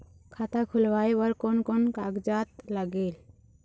खाता खुलवाय बर कोन कोन कागजात लागेल?